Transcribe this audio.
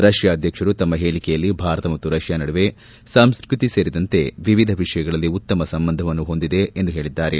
ರಷ್ಟಾ ಅಧ್ಯಕ್ಷರು ತಮ್ಮ ಹೇಳಕೆಯಲ್ಲಿ ಭಾರತ ಮತ್ತು ರಷ್ಟಾ ನಡುವೆ ಸಂಸ್ಕೃತಿ ಸೇರಿದಂತೆ ವಿವಿಧ ವಿಷಯಗಳಲ್ಲಿ ಉತ್ತಮ ಸಂಬಂಧವನ್ನು ಹೊಂದಿದೆ ಎಂದು ಹೇಳಿದ್ದಾರೆ